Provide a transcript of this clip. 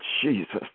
Jesus